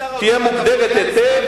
תהיה מוגדרת היטב,